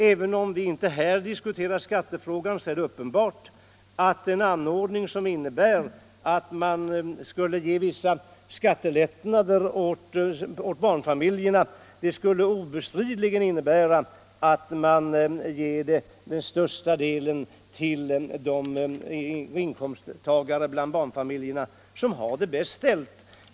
Även om vi inte här diskuterar skattefrågan, så är det uppenbart att en anordning som ger skattelättnader åt barnfamiljerna obestridligen skulle innebära att man ger mest till de barnfamiljer som har det bäst ställt.